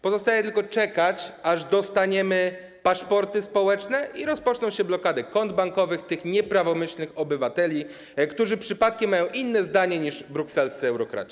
Pozostaje tylko czekać, aż dostaniemy paszporty społeczne i rozpoczną się blokady kont bankowych tych nieprawomyślnych obywateli, którzy przypadkiem mają inne zdanie niż brukselscy eurokraci.